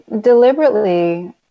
deliberately